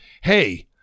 hey